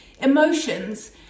emotions